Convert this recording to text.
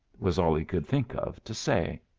was all he could think of to say.